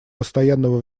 постоянного